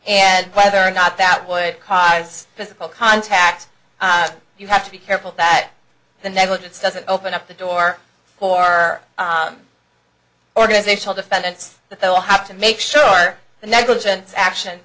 and whether or not that would cause physical contact you have to be careful that the negligence doesn't open up the door for her organizational defense that they'll have to make sure the negligence action